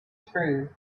true